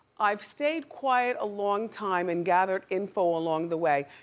i've stayed quiet a long time and gathered info along the way.